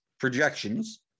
projections